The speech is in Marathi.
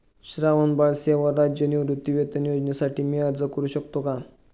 श्रावणबाळ सेवा राज्य निवृत्तीवेतन योजनेसाठी मी अर्ज करू शकतो का?